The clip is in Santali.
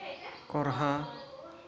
ᱠᱚᱨᱦᱟ